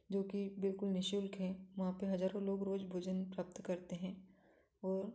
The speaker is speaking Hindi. जो की बिलकुल निशुल्क है वहाँ पर हज़ारों लोग रोज भोजन प्राप्त करते हैं और